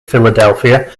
philadelphia